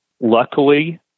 Luckily